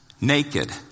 naked